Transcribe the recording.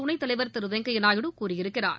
துணைத்தலைவர் திரு வெங்கையா நாயுடு கூறியிருக்கிறார்